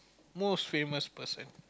most famous person